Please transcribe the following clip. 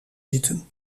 zitten